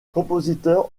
compositeur